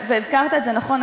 והזכרת את זה נכון,